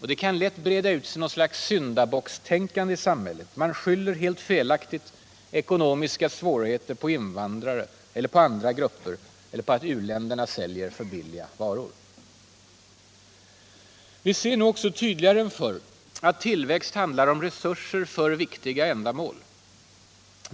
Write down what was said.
Och det kan lätt breda ut sig någon sorts syndabockstänkande i samhället — man skyller helt felaktiga ekonomiska svårigheter på invandrare eller på andra grupper eller på att u-länderna säljer för billiga varor. Vi ser nu också tydligare än förr att tillväxt handlar om resurser för viktiga ändamål.